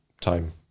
time